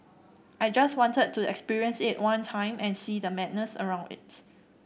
I just wanted to experience it one time and see the madness around it